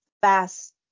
fast